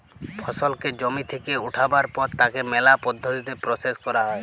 ফসলকে জমি থেক্যে উঠাবার পর তাকে ম্যালা পদ্ধতিতে প্রসেস ক্যরা হ্যয়